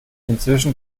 inzwischen